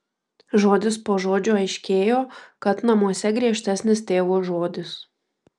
žodis po žodžio aiškėjo kad namuose griežtesnis tėvo žodis